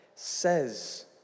says